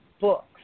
books